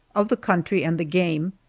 of the country and the game,